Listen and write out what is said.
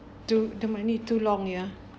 do the money too long ya